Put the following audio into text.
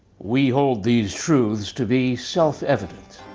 we hold these truths to be self-evident,